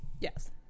Yes